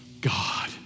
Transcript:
God